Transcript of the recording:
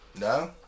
No